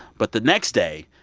but the next day,